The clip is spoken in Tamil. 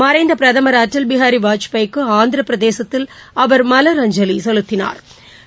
மறைந்தபிரதமா் அடல் பிகாரிவாஜ்பாய்க்குஆந்திரபிரதேசத்தில் அவா் மலரஞ்சலிசெலுத்தினாா்